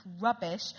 rubbish